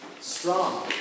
Strong